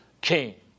King